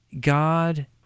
God